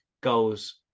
goals